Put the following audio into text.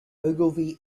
ogilvy